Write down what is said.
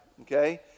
okay